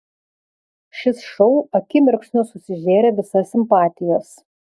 šis šou akimirksniu susižėrė visas simpatijas